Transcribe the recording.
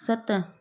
सत